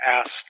asked